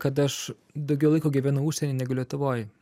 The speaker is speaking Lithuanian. kad aš daugiau laiko gyvenu užsieny negu lietuvoj